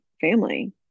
family